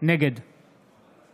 נגד